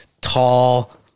tall